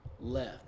left